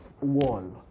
wall